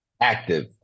active